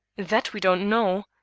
that we don't know.